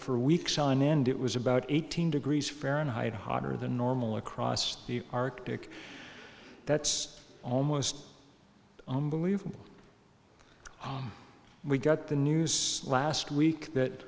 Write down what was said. for weeks on end it was about eighteen degrees fahrenheit hotter than normal across the arctic that's almost unbelievable we got the news last week that